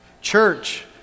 Church